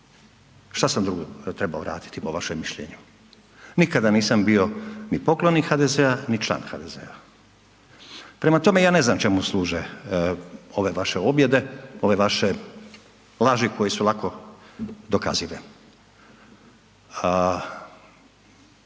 Šta sam drugo trebao raditi po vašem mišljenju? Nikada nisam bio ni poklonik HDZ-a ni član HDZ-a. Prema tome, ja ne znam čemu služe ove vaše objede, ove vaše laži koje su lako dokazive.